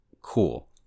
cool